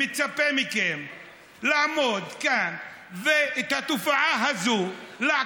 מצפה מכם לעמוד כאן ולעקור משורש את התופעה הזאת.